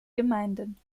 gemeinden